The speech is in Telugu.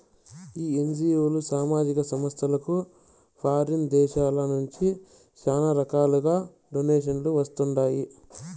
ఈ ఎన్జీఓలు, సామాజిక సంస్థలకు ఫారిన్ దేశాల నుంచి శానా రకాలుగా డొనేషన్లు వస్తండాయి